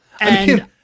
and-